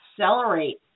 accelerate